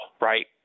right